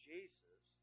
Jesus